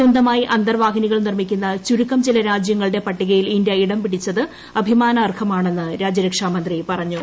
സ്വന്തമായി അന്തർവാഹിനികൾ നിർമിക്കുന്ന ചുരുക്കം ചില രാജ്യങ്ങളുട്ട് പട്ടികയിൽ ഇന്ത്യ ഇടം പിടിച്ചത് അഭിമാനാർഹമാണെന്ന് രാജ്യർക്ഷാമന്ത്രി പറഞ്ഞു